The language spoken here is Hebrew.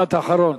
משפט אחרון.